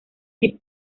the